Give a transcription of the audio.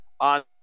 on